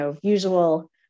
usual